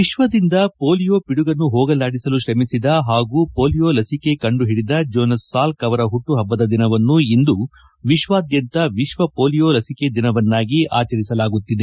ವಿಶ್ವದಿಂದ ಮೊಲೀಯೊ ಪಿಡುಗನ್ನು ಹೋಗಲಾಡಿಸಲು ತ್ರಮಿಸಿದ ಹಾಗೂ ಪೋಲಿಯೋ ಲಸಿಕೆ ಕಂಡು ಹಿಡಿದ ಜೋನಸ್ ಸಾಲ್ಕ್ ಅವರ ಹುಟ್ಟು ಹಬ್ಬದ ದಿನವನ್ನು ಇಂದು ವಿಶ್ವಾದ್ಯಂತ ವಿಶ್ವ ಪೋಲಿಯೋ ಲಸಿಕೆ ದಿನವನ್ನಾಗಿ ಆಚರಿಸಲಾಗುತ್ತದೆ